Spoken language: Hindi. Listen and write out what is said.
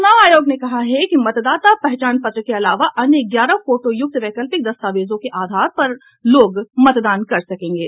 चुनाव आयोग ने कहा है कि मतदाता पहचान पत्र के अलावा अन्य ग्यारह फोटोयुक्त वैकल्पिक दस्तावेजों के आधार पर लोग मतदान कर सकेंगे